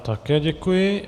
Také děkuji.